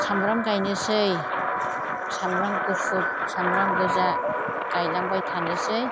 सामब्राम गायनोसै सामब्राम गुफुर सामब्राम गोजा गायलांबाय थानोसै